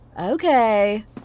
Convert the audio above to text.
Okay